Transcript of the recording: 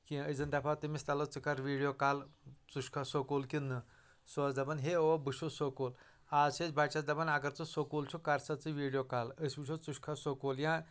کینٛہہ أسۍ زن دپہٕ ہو تٔمِس تلو ژٕ کر ویٖڈیو کال ژٕ چھُکھا سکوٗل کِنہٕ نہٕ سُہ اوس دپن ہے او بہٕ چھُس سکوٗل آز چھِ أسۍ بچس دپان اگر ژٕ سکوٗل چھُکھ کر سا ژٕ ویٖڈیو کال أسۍ وٕچھو ژٕ چھُکھا سکوٗل یا